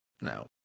No